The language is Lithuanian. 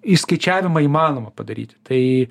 įskaičiavimą įmanoma padaryti tai